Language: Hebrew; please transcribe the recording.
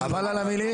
חבל על המילים.